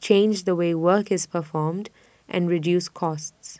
change the way work is performed and reduce costs